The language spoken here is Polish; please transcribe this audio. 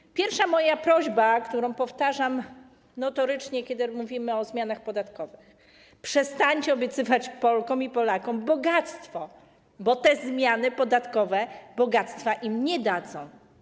Moja pierwsza prośba, którą powtarzam notorycznie, kiedy mówimy o zmianach podatkowych: przestańcie obiecywać Polkom i Polakom bogactwo, bo te zmiany podatkowe bogactwa im nie dadzą.